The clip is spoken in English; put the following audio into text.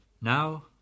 Now